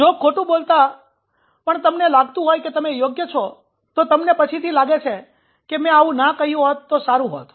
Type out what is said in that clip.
જો ખોટું બોલતા પણ તમને લાગતું હોય કે તમે યોગ્ય છો તો તમને પછીથી લાગે છે કે મે આવું ના કહ્યું હોત તો સારું હોત